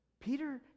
Peter